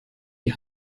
die